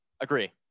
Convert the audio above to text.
Agree